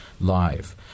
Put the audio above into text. live